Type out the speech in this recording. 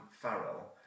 Farrell